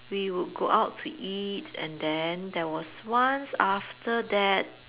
we would go out to eat and then there was once after that